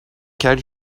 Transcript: کردی